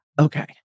Okay